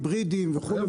היברידיים וכו'?